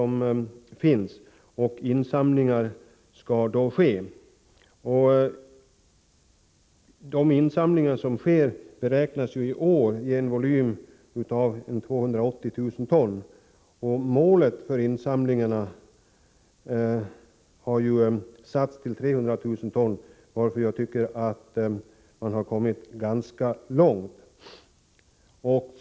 I detta syfte skall insamlingar av bl.a. tidningspapper ske. Insamlingarna i år beräknas nå en volym av 280 000 ton. Målet för insamlingarna har satts till 300 000 ton, varför jag tycker att man har kommit ganska långt.